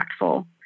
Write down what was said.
impactful